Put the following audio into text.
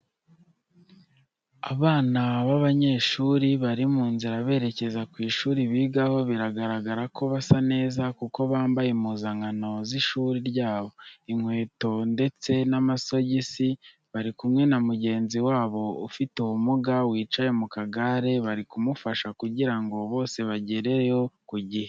Abana b'abanyeshuri bari mu nzira berekeza ku ishuri bigaho biragaragara ko basa neza kuko bambaye impuzankano z'ishuri ryabo, inkweto ndetse n'amasogisi, bari kumwe na mugenzi wabo ufite ubumuga wicaye mu kagare bari kumufasha kugira ngo bose bagereyo ku gihe.